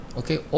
okay